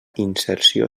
inserció